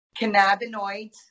cannabinoids